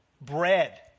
bread